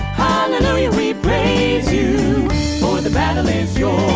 hallelujah we praise you for the battle is yours